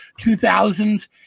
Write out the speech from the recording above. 2000s